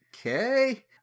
okay